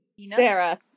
sarah